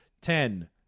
Ten